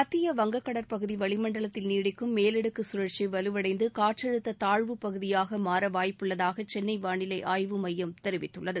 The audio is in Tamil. மத்திய வங்கக் கடல் பகுதி வளிமண்டலத்தில் நீடிக்கும் மேலடுக்கு கழற்சி வலுவடைந்து காற்றழுத்த தாழ்வுப்பகுதியாக மாற வாய்ப்புள்ளதாக சென்னை வானிலை தெரிவித்கள்ளது